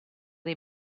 dei